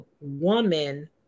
woman